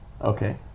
Okay